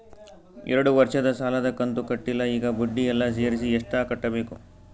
ಎರಡು ವರ್ಷದ ಸಾಲದ ಕಂತು ಕಟ್ಟಿಲ ಈಗ ಬಡ್ಡಿ ಎಲ್ಲಾ ಸೇರಿಸಿ ಎಷ್ಟ ಕಟ್ಟಬೇಕು?